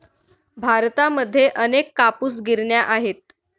भारतामध्ये अनेक कापूस गिरण्या आहेत